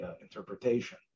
interpretation